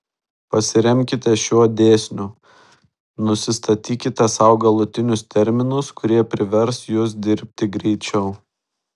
pasiremkite šiuo dėsniu nusistatykite sau galutinius terminus kurie privers jus dirbti greičiau